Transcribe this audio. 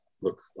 Look